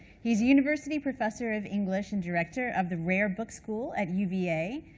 he's university professor of english and director of the rare book school at uva,